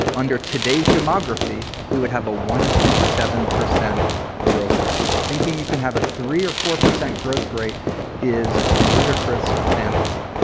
under today's demography, we would have a one. seven percent growth rate. thinking you can have a three or four percent growth rate is a ludicrous fantasy.